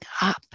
up